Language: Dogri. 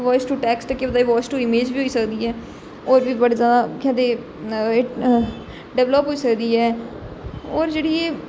बाउइस to text voice to image बी होई सकदी ऐ और बी बडे ज्यादा केह् आखदे डिवैलप होई सकदी ऐ और जेहड़ी ऐ